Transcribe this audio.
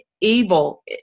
evil